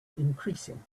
increasing